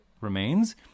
remains